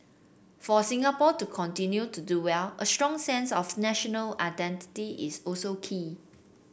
for Singapore to continue to do well a strong sense of national identity is also key